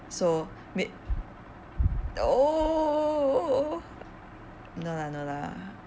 so may~ oh no lah no lah